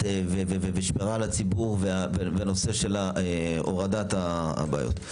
ושמירה על הציבור בנושא של הורדת הבעיות.